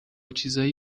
چیزای